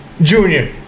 Junior